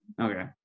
Okay